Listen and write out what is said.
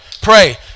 pray